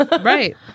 Right